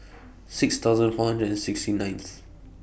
six thousand hundred and sixty ninth